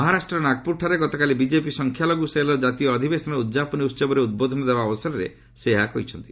ମହାରାଷ୍ଟ୍ରର ନାଗପୁରଠାରେ ଗତକାଲି ବିଜେପି ସଂଖ୍ୟା ଲଘୁ ସେଲ୍ର ଜାତୀୟ ଅଧିବେଶନର ଉଦ୍ଯାପନୀ ଉତ୍ସବରେ ଉଦ୍ବୋଧନ ଦେବା ଅବସରରେ ସେ ଏହା କହିଛନ୍ତି